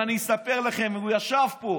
ואני אספר לכם, הוא ישב פה